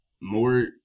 More